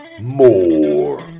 more